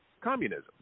communism